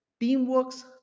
Teamworks